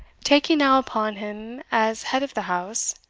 taking now upon him as head of the house,